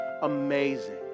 amazing